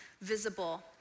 visible